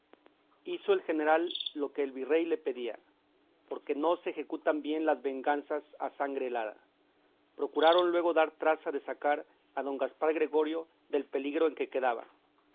hizo el general lo que el virrey le pedía porque no se ejecutan bien las venganzas a sangre helada procuraron luego dar traza de sacar a don gaspar gregorio del peligro en que quedaba